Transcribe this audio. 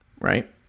right